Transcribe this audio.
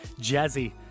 Jazzy